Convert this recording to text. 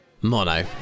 Mono